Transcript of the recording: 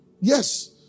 yes